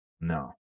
No